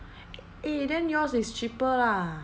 eh then yours is cheaper lah